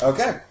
Okay